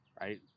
right